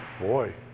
boy